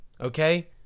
okay